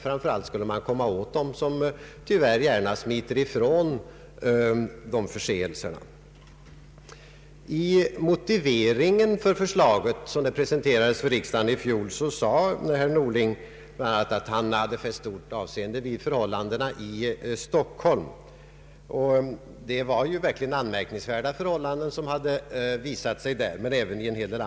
Framför allt skulle man komma åt dem som tyvärr gärna smiter ifrån ansvaret för dessa förseelser. I motiveringen till förslaget, såsom det presenterades för riksdagen i fjol, sade herr Norling att han fäst stort avseende vid förhållandena i Stockholm. Det var verkligen anmärkningsvärda förhållanden i Stockholm men också i andra stora städer.